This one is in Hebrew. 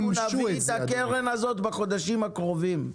אנחנו נביא את הקרן הזאת בחודשים הקרובים.